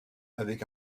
avec